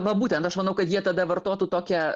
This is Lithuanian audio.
va būtent aš manau kad jie tada vartotų tokią